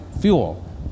fuel